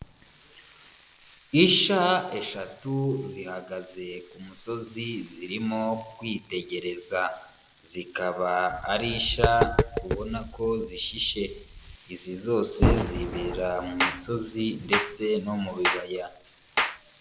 Isha eshatu zihagaze ku musozi zirimo kwitegereza, zikaba ari isha ubona ko zishishe, izi zose zibera mu misozi ndetse no mu bibaya.